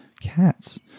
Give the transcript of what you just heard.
cats